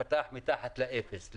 הם ייפתחו מתחת לאפס.